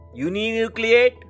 uninucleate